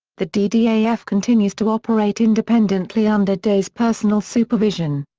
the ddaf continues to operate independently under day's personal supervision.